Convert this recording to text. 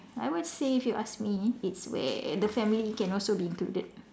I would say if you ask me it's where the family can also be included